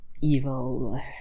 evil